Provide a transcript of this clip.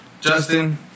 Justin